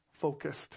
focused